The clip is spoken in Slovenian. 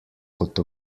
kot